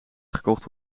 gekocht